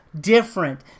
different